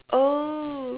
oh